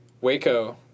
Waco